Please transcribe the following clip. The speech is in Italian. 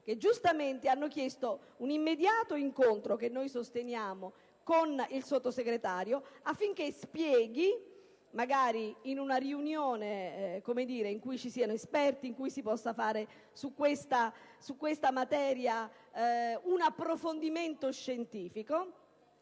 che giustamente hanno chiesto un immediato incontro - che noi sosteniamo - con il Sottosegretario affinché spieghi, magari in una riunione in cui ci siano anche degli esperti e in cui si possa fare sulla materia un approfondimento scientifico,